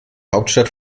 hauptstadt